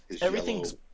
Everything's